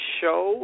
show